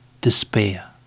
despair